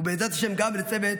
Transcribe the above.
ובעזרת השם, גם לצוות